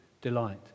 delight